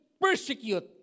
persecute